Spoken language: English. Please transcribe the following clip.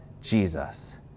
Jesus